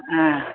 ह